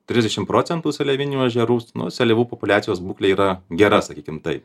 trisdešim procentų seliavinių ežerų nu seliavų populiacijos būklė yra gera sakykim taip